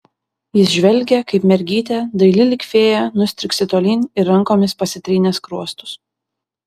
jis žvelgė kaip mergytė daili lyg fėja nustriksi tolyn ir rankomis pasitrynė skruostus